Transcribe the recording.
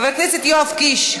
חבר הכנסת יואב קיש,